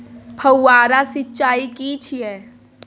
फव्वारा सिंचाई की छिये?